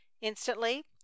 Instantly